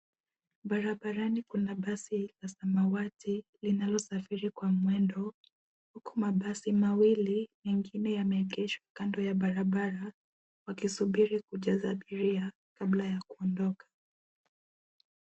Barabarani kuna basi la samawati linalosafiri kwa mwendo , huku mabasi mawili yameegeshwa kando ya barabara wakisubiri kujaza abiria kabla ya kuondoka.